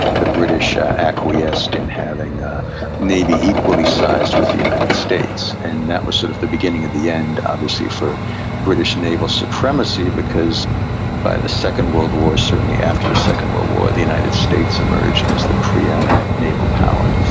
the british acquiesced in having a navy equally sized with the united states. and that was sort of the beginning of the end obviously for british naval supremacy because by the second world war, certainly after the second world war, the united states emerged as the pre-eminent naval power.